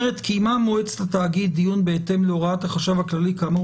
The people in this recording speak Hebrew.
אומר: "קיימה מועצת התאגיד דיון בהתאם להוראת החשב הכללי כאמור